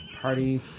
party